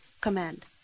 command